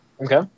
Okay